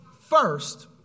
First